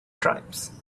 tribes